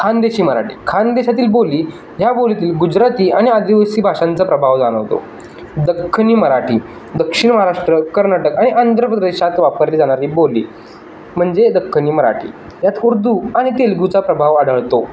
खानदेशी मराठी खानदेशातील बोली ह्या बोलीतील गुजराती आणि आदिवासी भाषांचा प्रभाव जाणवतो दख्खनी मराठी दक्षिण महाराष्ट्र कर्नाटक आणि आंध्र प्रदेशात वापरली जाणारी बोली म्हणजे दक्खनी मराठी ह्यात उर्दू आणि तेलुगुचा प्रभाव आढळतो